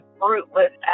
fruitless